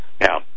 Now